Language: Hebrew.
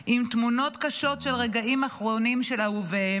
עם תמונות קשות של רגעים אחרונים של אהוביהם,